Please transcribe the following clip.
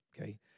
okay